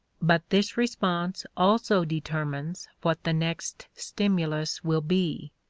but this response also determines what the next stimulus will be.